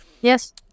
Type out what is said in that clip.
Yes